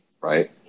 right